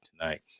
tonight